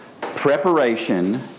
preparation